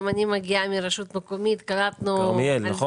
גם אני מגיעה מרשות מקומית, מכרמיאל.